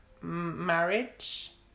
marriage